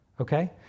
Okay